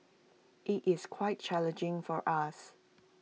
IT is quite challenging for us